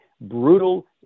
brutal